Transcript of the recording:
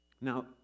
Now